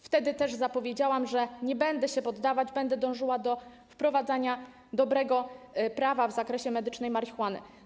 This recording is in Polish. Wtedy też zapowiedziałam, że nie będę się poddawać, będę dążyła do wprowadzenia dobrego prawa w zakresie medycznej marihuany.